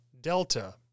Delta